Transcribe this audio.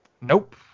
nope